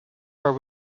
her